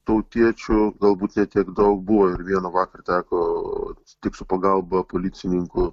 tautiečių galbūt ne tiek daug buvo ir vieną vakarą teko tik su pagalba policininkų